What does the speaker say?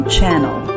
Channel